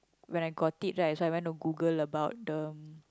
when I got it right then I went to Google about them